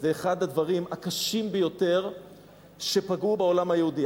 זה אחד הדברים הקשים ביותר שפגעו בעולם היהודי.